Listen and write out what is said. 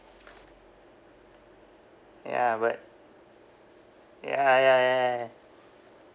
ya but ya ya ya ya ya